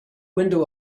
window